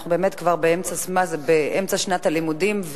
אנחנו כבר באמצע שנת הלימודים,